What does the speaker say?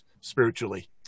spiritually